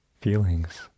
feelings